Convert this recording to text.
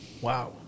Wow